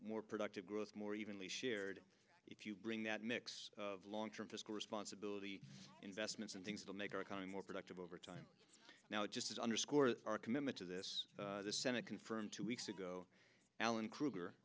more productive growth more evenly shared if you bring that mix of long term fiscal responsibility investments in things that make our economy more productive over time now it just does underscore our commitment to this the senate confirmed two weeks ago alan krueger